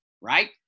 right